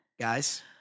Guys